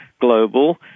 global